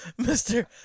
Mr